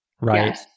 right